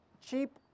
cheap